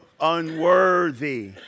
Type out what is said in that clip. unworthy